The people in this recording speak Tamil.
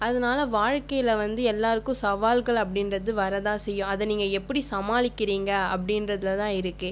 அதனால வாழ்க்கையில் வந்து எல்லோருக்கும் சவால்கள் அப்படின்றது வர தான் செய்யும் அதை நீங்கள் எப்படி சமாளிக்கிறீங்கள் அப்படின்றதுல தான் இருக்கே